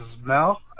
Mel